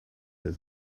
that